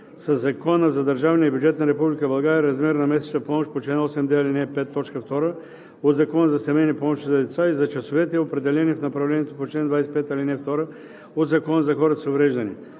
Закона за държавния бюджет на Република България размер на месечната помощ по чл. 8д, ал. 5, т. 2 от Закона за семейни помощи за деца и за часовете, определени в направлението по чл. 25, ал. 2 от Закона за хората с увреждания.